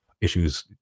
issues